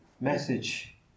message